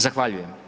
Zahvaljujem.